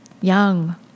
young